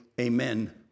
Amen